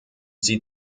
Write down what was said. sie